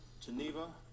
Geneva